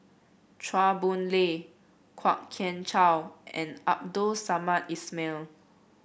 Chua Boon Lay Kwok Kian Chow and Abdul Samad Ismail